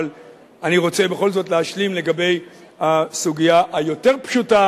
אבל אני רוצה בכל זאת להשלים לגבי הסוגיה היותר-פשוטה.